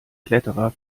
kletterer